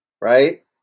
right